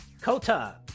Kota